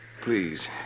Please